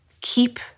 keep